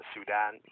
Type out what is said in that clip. Sudan